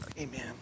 Amen